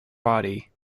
body